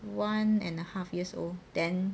one and a half years old then